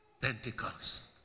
Pentecost